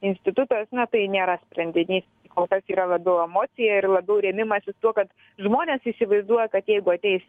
institutas na tai nėra sprendinys kol kas yra labiau emocija ir labiau rėmimasis tuo kad žmonės įsivaizduoja kad jeigu ateis